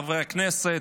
הכנסת,